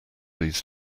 leads